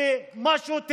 כמשהו טבעי: